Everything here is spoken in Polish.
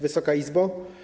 Wysoka Izbo!